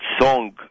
song